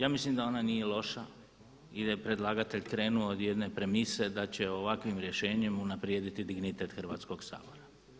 Ja mislim da ona nije loša i da je predlagatelj krenuo od jedne premise da će ovakvim rješenjem unaprijediti dignitet Hrvatskog sabora.